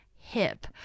hip